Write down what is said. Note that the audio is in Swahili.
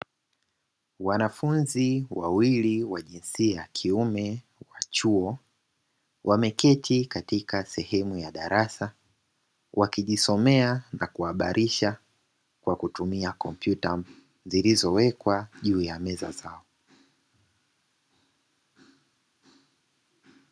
Wanafunzi wawili wa jinsia ya kiume wa chuo, wameketi katika sehemu ya darasa, wakijisomea na kuhabarisha kwa kutumia kompyuta zilizowekwa juu ya meza zao.